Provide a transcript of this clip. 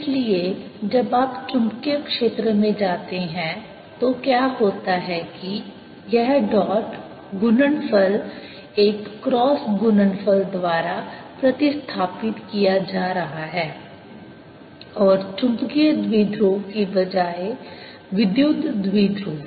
इसलिए जब आप चुंबकीय क्षेत्र में जाते हैं तो क्या होता है कि यह डॉट गुणनफल एक क्रॉस गुणनफल द्वारा प्रतिस्थापित किया जा रहा है और चुंबकीय द्विध्रुव के बजाय विद्युत द्विध्रुव